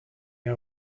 est